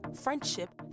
friendship